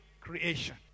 creation